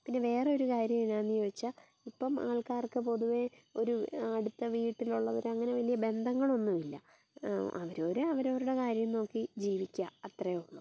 പിന്നെ വേറെ ഒരു കാര്യം എന്താണ് ചോദിച്ചാൽ ഇപ്പം ആൾക്കാർക്ക് പൊതുവെ ഒരു അടുത്ത വീട്ടിലുള്ളവരങ്ങനെ വലിയ ബന്ധങ്ങളൊന്നുമില്ല അവരവർ അവരവരുടെ കാര്യം നോക്കി ജീവിക്കുക അത്രയേ ഉള്ളൂ